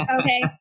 Okay